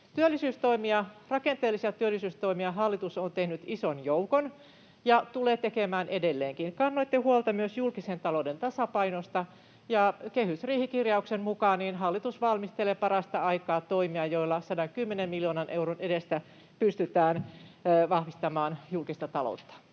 Rakenteellisia työllisyystoimia hallitus on tehnyt ison joukon ja tulee tekemään edelleenkin. Kannoitte huolta myös julkisen talouden tasapainosta. Kehysriihikirjauksen mukaan hallitus valmistelee parasta aikaa toimia, joilla 110 miljoonan euron edestä pystytään vahvistamaan julkista taloutta.